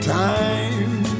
time